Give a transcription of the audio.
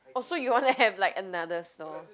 oh so you wanna have like another stall